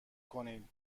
کنین